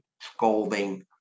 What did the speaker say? scolding